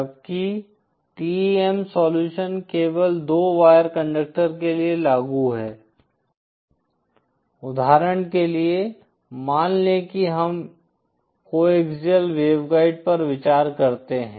जबकि TEM solution केवल दो वायर कंडक्टर के लिए लागू है उदाहरण के लिए मान लें कि हम कोएक्सिअल वेवगाइड पर विचार करते हैं